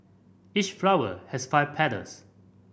each flower has five petals